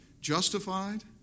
justified